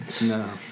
No